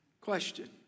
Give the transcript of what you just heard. Question